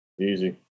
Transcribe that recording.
Easy